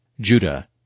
Judah